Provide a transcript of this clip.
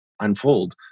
unfold